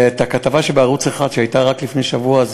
ובאשר לכתבה שהייתה בערוץ 1 רק לפני שבוע,